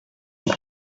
they